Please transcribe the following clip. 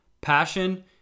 Passion